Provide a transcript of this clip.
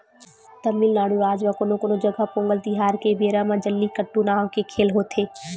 तमिलनाडू राज म कोनो कोनो जघा पोंगल तिहार के बेरा म जल्लीकट्टू नांव के खेल होथे